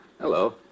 hello